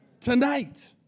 tonight